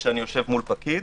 כשאני יושב מול פקיד,